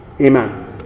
amen